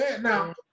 Now